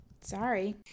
Sorry